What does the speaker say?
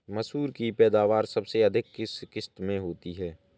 मसूर की पैदावार सबसे अधिक किस किश्त में होती है?